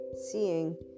seeing